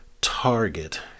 Target